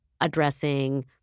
addressing